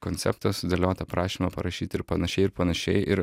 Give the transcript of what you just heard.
konceptą sudėliot aprašymą parašyt ir panašiai ir panašiai ir